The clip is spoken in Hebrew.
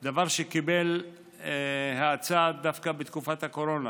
זה דבר שקיבל האצה דווקא בתקופת הקורונה.